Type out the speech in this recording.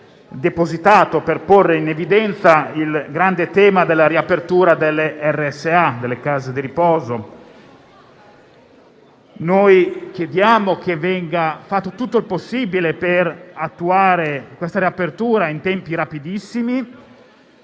depositato per porre in evidenza il grande tema della riapertura delle Residenze sanitarie assistenziali (RSA), delle case di riposo. Noi chiediamo che venga fatto tutto il possibile per attuare questa riapertura in tempi rapidissimi